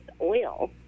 oil